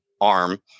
arm